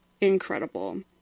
incredible